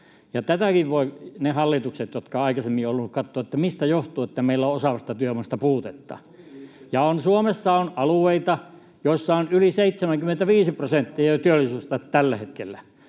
Tätäkin voivat ne hallitukset, jotka ovat aikaisemmin olleet, katsoa, mistä johtuu, että meillä on osaavasta työvoimasta puutetta. Suomessa on alueita, joilla on jo yli 75 prosenttia työllisyysaste tällä hetkellä,